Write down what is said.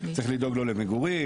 צריך לדאוג לו למגורים,